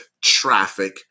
traffic